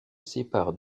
séparent